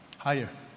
higher